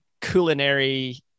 culinary